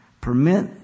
Permit